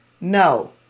No